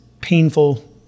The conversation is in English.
painful